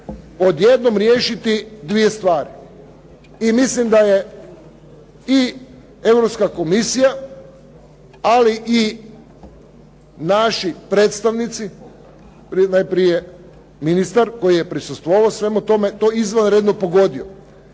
odjednom riješiti dvije stvari. I mislim da je i Europska komisija, ali i naši predstavnici, najprije ministar koji je prisustvovao svemu tome, to izvanredno pogodio,